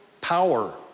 power